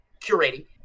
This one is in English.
curating